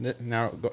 Now